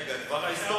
רגע, דבר ההיסטוריה.